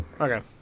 Okay